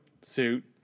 suit